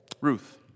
Ruth